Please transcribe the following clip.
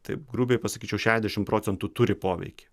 taip grubiai pasakyčiau šešiasdešimt procentų turi poveikį